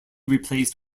replaced